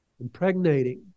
impregnating